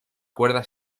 cuerda